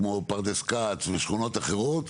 כמו פרדס כץ ושכונות אחרות,